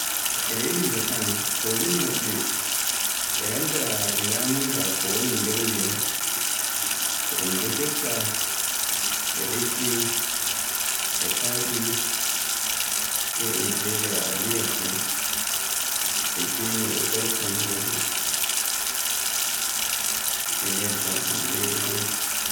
E leydi Japan cuisine maɓɓe e nanda e ñyamunda ko woni nder ndiyam, ko un defirta e liɗɗi e faɓi sey un ɓeyda liyorɗum e gene e borkonnoje e nebban un ɓeyda dow.